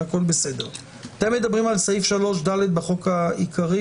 סעיף 3ד בחוק העיקרי